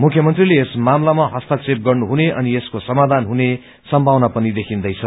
मुख्यमन्त्रीले यस मामलामा इस्तक्षेप गर्नुहुने अनि यसको समाधान हुने सम्भावना पनि देखिन्दैछ